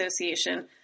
Association